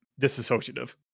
disassociative